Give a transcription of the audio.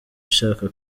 ishaka